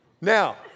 Now